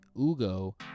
Ugo